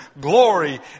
glory